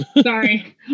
Sorry